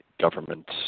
government